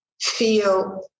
feel